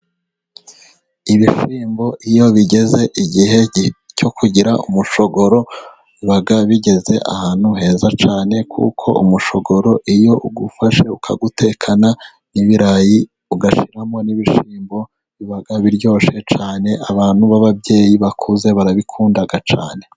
Ibishyimbo iyo bigeze igihe cyo kugira umushogoro, biba bigeze ahantu heza cyane, kuko umushogoro iyo uwufashe ukawutekana n'ibirayi ugashyiramo n'ibishyimbo biba biryoshe cyane, abantu b'ababyeyi bakuze barabikunda cyane.